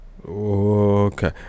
okay